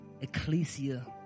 Ecclesia